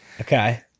Okay